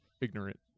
ignorant